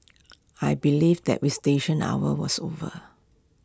I believe that visitation hours was over